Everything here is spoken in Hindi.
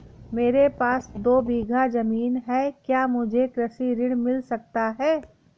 मेरे पास दो बीघा ज़मीन है क्या मुझे कृषि ऋण मिल सकता है?